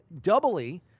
doubly